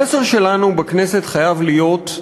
המסר שלנו בכנסת חייב להיות,